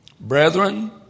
Brethren